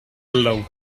alone